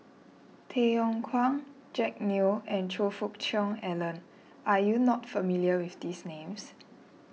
Tay Yong Kwang Jack Neo and Choe Fook Cheong Alan are you not familiar with these names